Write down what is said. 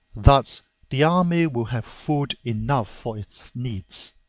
thus the army will have food enough for its needs.